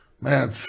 Man